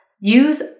Use